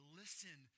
listen